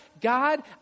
God